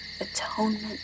atonement